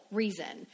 reason